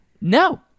No